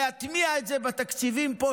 להטמיע את זה בתקציבים פה,